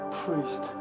priest